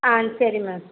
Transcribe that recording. ஆ சரி மேம்